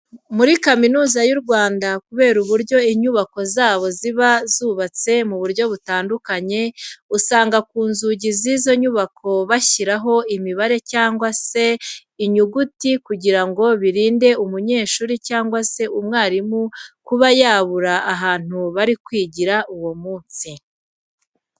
Muri Kaminuza y'u Rwanda kubera uburyo inyubako zaho ziba zubatse mu buryo butandukanye, usanga ku nzugi z'izo nyubako bashyiraho imibare cyangwa se inyuguti kugira ngo birinde umunyeshuri cyangwa se umwarimu kuba yabura ahantu bari bwigire uwo munsi.